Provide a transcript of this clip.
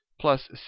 plus